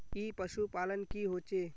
ई पशुपालन की होचे?